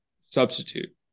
substitute